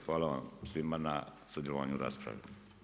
Hvala vam svima na sudjelovanju u raspravi.